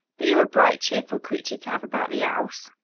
but you're a bright, cheerful creature to have about the house.